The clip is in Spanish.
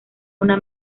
una